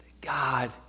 God